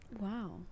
Wow